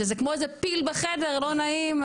שזה כמו איזה פיל בחדר לא נעים,